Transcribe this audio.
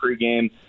pregame